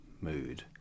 mood